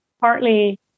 partly